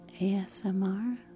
ASMR